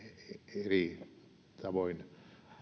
eri tavoin